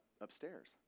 upstairs